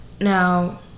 Now